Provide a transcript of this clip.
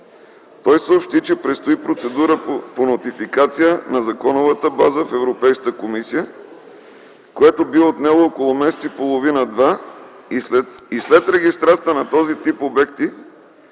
Той съобщи, че предстои процедура по нотификация на законовата база в Европейската комисия, което би отнело около месец и половина-два и след регистрацията на този тип обекти